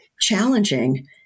challenging